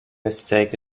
mistake